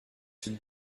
celui